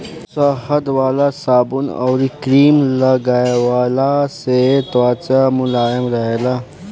शहद वाला साबुन अउरी क्रीम लगवला से त्वचा मुलायम रहेला